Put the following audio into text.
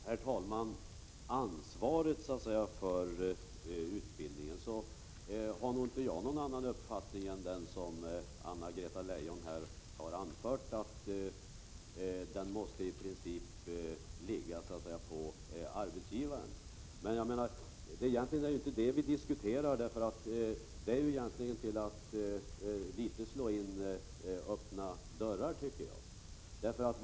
Herr talman! När det gäller ansvaret för utbildningen har inte jag någon annan uppfattning än den som Anna-Greta Leijon här har anfört, att det i princip måste vila på arbetsgivaren. Men jag menar att det egentligen inte är det vi diskuterar. Det är litet av att slå in öppna dörrar, tycker jag.